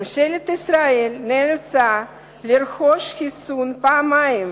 ממשלת ישראל נאלצה לרכוש חיסון פעמיים,